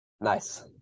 nice